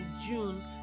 june